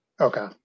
Okay